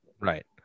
Right